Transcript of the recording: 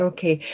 Okay